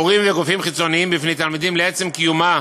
מורים וגופים חיצוניים, בפני תלמידים לעצם קיומה